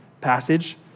passage